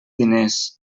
diners